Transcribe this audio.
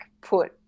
put